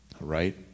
right